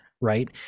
right